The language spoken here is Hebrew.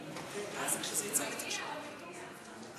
הוא יגיע,